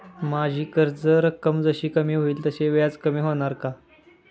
माझी कर्ज रक्कम जशी कमी होईल तसे व्याज कमी होणार का?